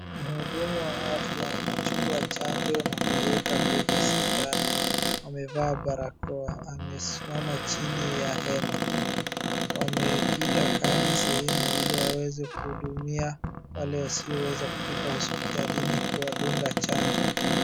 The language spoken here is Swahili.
Mhudumu wa afya anachukua chanjo na kuiweka kwenye sindano. Amevaa barakoa, amesimama chini ya hema, wamekita kambi sehemu ili waweze kuhudumia wale wasioweza kufika hospitalini kuwadunga chanjo.